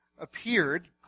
appeared